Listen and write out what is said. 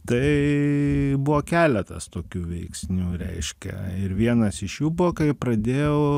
tai buvo keletas tokių veiksnių reiškia ir vienas iš jų buvo kai pradėjau